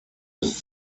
bis